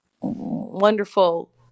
wonderful